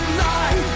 lie